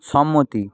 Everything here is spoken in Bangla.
সম্মতি